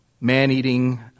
man-eating